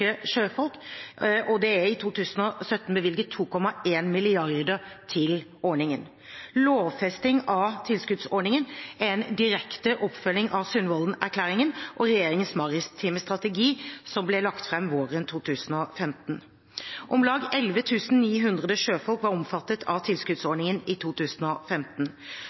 sjøfolk, og det er i 2017 bevilget 2,1 mrd. kr til ordningen. Lovfesting av tilskuddsordningen er en direkte oppfølging av Sundvolden-erklæringen og regjeringens maritime strategi som ble lagt fram våren 2015. Om lag 11 900 sjøfolk var omfattet av tilskuddsordningen i 2015.